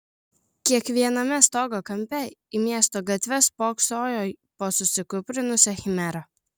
kiekviename stogo kampe į miesto gatves spoksojo po susikūprinusią chimerą